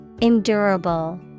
Endurable